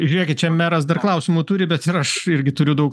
žiūrėkit čia meras dar klausimų turi bet ir aš irgi turiu daug